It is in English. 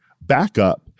backup